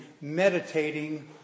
meditating